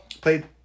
Played